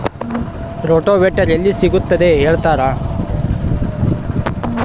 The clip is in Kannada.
ರೋಟೋವೇಟರ್ ಎಲ್ಲಿ ಸಿಗುತ್ತದೆ ಹೇಳ್ತೇರಾ?